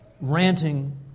ranting